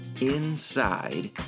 inside